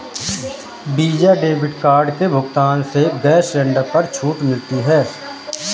visa debit card के भुगतान से गैस सिलेंडर पर छूट मिलती है